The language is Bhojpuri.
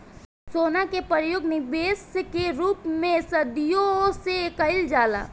सोना के परयोग निबेश के रूप में सदियों से कईल जाला